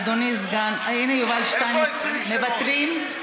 אדוני, סגן, איפה, הינה, יובל שטייניץ, מוותרים?